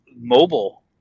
mobile